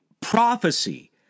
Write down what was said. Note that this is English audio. prophecy